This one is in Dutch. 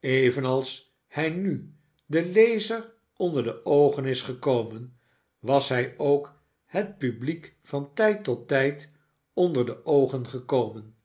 evenals hij nu den lezer onder de oogen is gekomen was hij k het publiek van tijd tot tijd onder de oogen gekomen